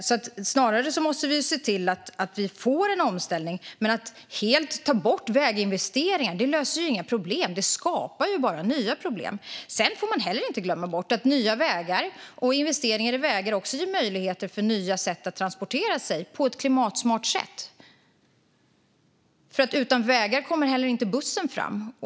Snarare måste vi se till att vi får en omställning, men att helt ta bort väginvesteringar löser inga problem utan skapar bara nya. Man får heller inte glömma bort att nya vägar och investeringar i vägar också ger möjligheter för nya sätt att transportera sig på ett klimatsmart sätt. Utan vägar kommer heller inte bussen fram.